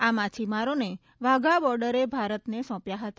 આ માછીમારોને વાઘા બોડરે ભારતને સોંપ્યા હતા